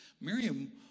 Miriam